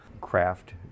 craft